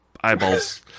eyeballs